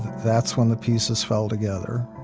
that's when the pieces fell together.